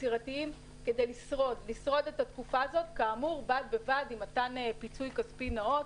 יצירתיים כדי לשרוד את התקופה הזו בד בבד עם מתן פיצוי כספי נאות,